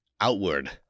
outward